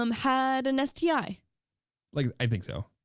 um had an sti? like i think so,